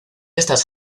estas